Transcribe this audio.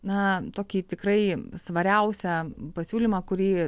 na tokį tikrai svariausią pasiūlymą kurį